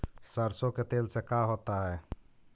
सरसों के तेल से का होता है?